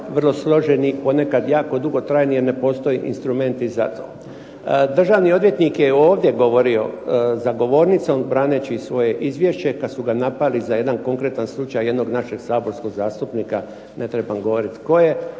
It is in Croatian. vrlo složeni i ponekad jako dugotrajni jer ne postoje instrumenti za to. Državni odvjetnik je ovdje govorio za govornicom braneći svoje izvješće kad su ga napali za jedan konkretan slučaj jednog našeg saborskog zastupnika, ne trebam govoriti tko je,